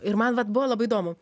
ir man vat buvo labai įdomu